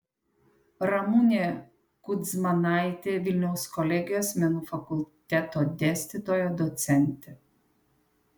ramunė kudzmanaitė vilniaus kolegijos menų fakulteto dėstytoja docentė